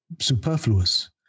superfluous